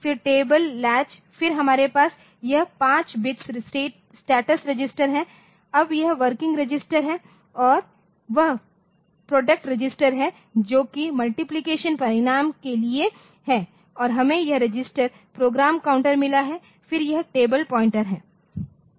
फिर table latch फिर हमारे पास यह 5 बिट्स स्टेटस रजिस्टर हैअब यह वर्किंग रजिस्टर है और वह प्रोडक्ट रजिस्टर है जो की मल्टिप्लिकेशन परिणाम के लिए है और हमें यह रजिस्टर प्रोग्राम काउंटर मिला है फिर यह टेबल पॉइंटर्स